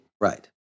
Right